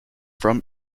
from